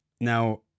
Now